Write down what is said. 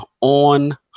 on